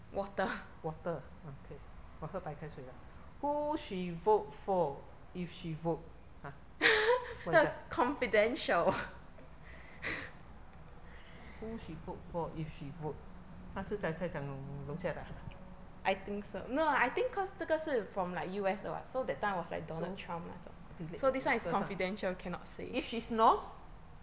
water uh mm 可以我喝白开水啦 who she vote for if she vote !huh! who she vote for if she vote 它是在在讲楼下的啊 so delete this one if she snore